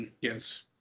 yes